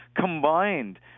combined